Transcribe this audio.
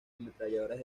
ametralladoras